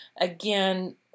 again